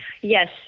Yes